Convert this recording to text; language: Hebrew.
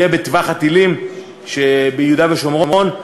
יהיה בטווח הטילים שביהודה ושומרון,